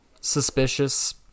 suspicious